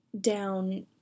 down